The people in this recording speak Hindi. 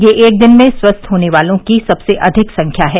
यह एक दिन में स्वस्थ होने वालों की सबसे अधिक संख्या है